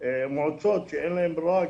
מועצות שאין להם ברירה,